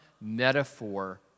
metaphor